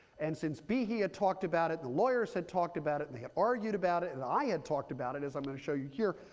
and since behe had talked about, and the lawyers had talked about it, and they had argued about it, and i had talked about it as i'm going to show you here.